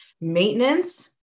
maintenance